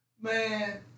Man